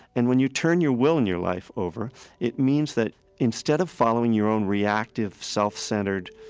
and when you turn your will in your life over it means that instead of following your own reactive self-centered,